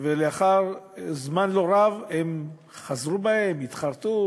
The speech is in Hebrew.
לאחר זמן לא רב הם חזרו בהם, התחרטו,